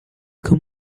can